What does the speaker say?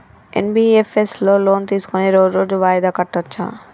NBFS లో loan తీస్కొని రోజు రోజు వాయిదా కట్టచ్ఛా?